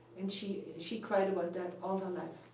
and she she cried about that all her life.